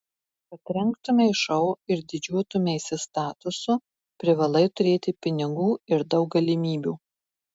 kad rengtumei šou ir didžiuotumeisi statusu privalai turėti pinigų ir daug galimybių